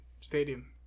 stadium